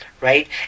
right